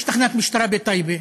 יש תחנת משטרה בטייבה,